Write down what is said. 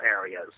areas